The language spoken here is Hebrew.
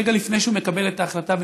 רגע לפני שהוא מקבל את ההחלטה,